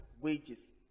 wages